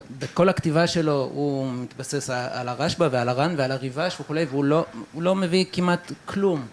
בכל הכתיבה שלו הוא מתבסס על הרשב"א ועל הר"ן ועל הריב"ש וכולי, והוא לא מביא כמעט כלום